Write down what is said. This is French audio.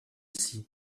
ici